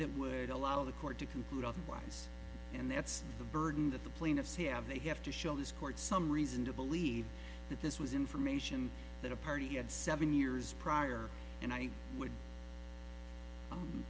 that would allow the court to conclude otherwise and that's the burden that the plaintiffs here have they have to show this court some reason to believe that this was information that a party at seven years prior and i w